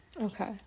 Okay